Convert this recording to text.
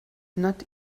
not